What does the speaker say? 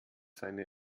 seine